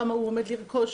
כמה הוא עומד לרכוש.